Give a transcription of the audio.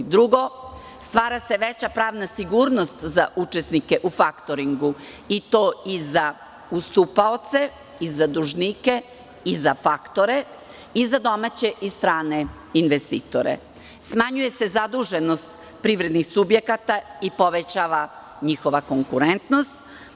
Drugo, stvara se veća pravna sigurnost za učesnike u faktoringu i to i za ustupaoce i za dužnike i za faktore i za domaće i strane investitore, smanjuje se zaduženost privrednih subjekata i povećava njihova konkurentnost.